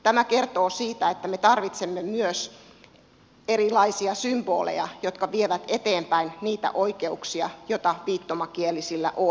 tämä kertoo siitä että me tarvitsemme myös erilaisia symboleja jotka vievät eteenpäin niitä oikeuksia joita viittomakielisillä on